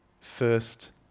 first